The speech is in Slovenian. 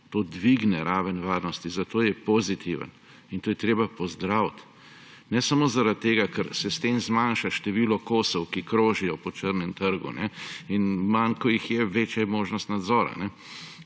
To dvigne raven varnosti. Zato je pozitiven. In to je treba pozdraviti. Ne samo zaradi tega, ker se s tem zmanjša število kosov, ki krožijo po črnem trgu, manj, kot jih je, večja je možnost nadzora.